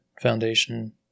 foundation